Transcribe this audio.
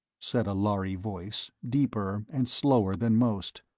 said a lhari voice, deeper and slower than most.